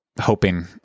hoping